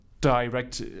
direct